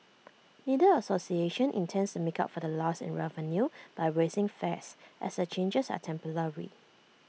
neither association intends make up for the loss in revenue by raising fares as the changes are temporary